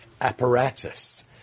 apparatus